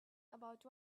about